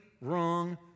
wrong